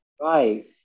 Right